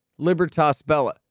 LibertasBella